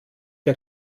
der